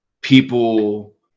people